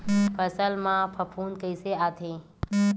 फसल मा फफूंद कइसे आथे?